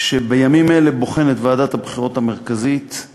שבימים אלה בוחנת ועדת הבחירות המרכזית את